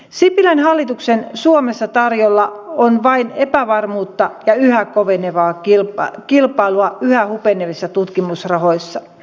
sipilän hallituksen suomessa on tarjolla vain epävarmuutta ja yhä kovenevaa kilpailua yhä hupenevista tutkimusrahoista